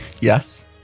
yes